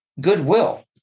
Goodwill